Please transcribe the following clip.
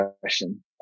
question